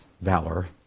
valor